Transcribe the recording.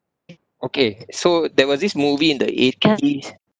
okay so there was this movie in the eighties